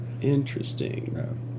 Interesting